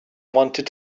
wanted